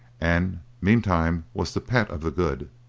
and meantime was the pet of the good.